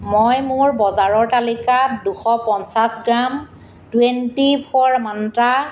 মই মোৰ বজাৰৰ তালিকাত দুশ পঞ্চাছ গ্ৰাম টুৱেণ্টি ফ'ৰ মান্ত্ৰা